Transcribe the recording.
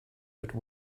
but